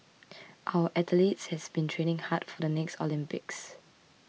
our athletes has been training hard for the next Olympics